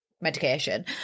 Medication